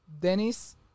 Dennis